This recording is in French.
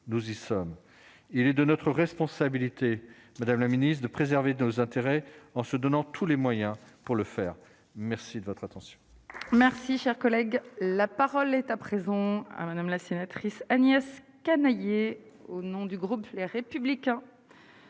nous y sommes, il est de notre responsabilité, madame la Ministre de préserver nos intérêts en se donnant tous les moyens pour le faire, merci de votre attention.